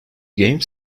game